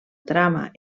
trama